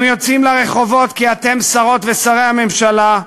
הם יוצאים לרחובות כי אתם, שרות ושרי הממשלה,